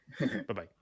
Bye-bye